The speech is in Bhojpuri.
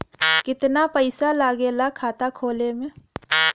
कितना पैसा लागेला खाता खोले में?